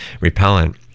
repellent